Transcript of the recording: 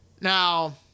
Now